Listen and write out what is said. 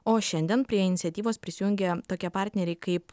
o šiandien prie iniciatyvos prisijungia tokie partneriai kaip